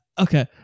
Okay